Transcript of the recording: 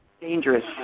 dangerous